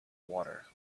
water